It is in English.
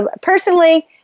personally